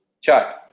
chart